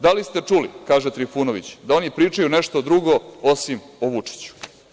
Da li ste čuli“, kaže Trifunović, „da oni pričaju nešto drugo, osim o Vučiću?